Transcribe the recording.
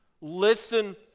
listen